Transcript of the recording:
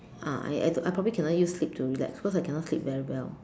ah I I probably cannot use sleep to relax because I cannot sleep very well